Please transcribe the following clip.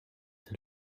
the